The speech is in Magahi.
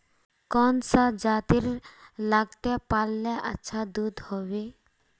कौन सा जतेर लगते पाल्ले अच्छा दूध होवे?